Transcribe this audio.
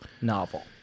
novel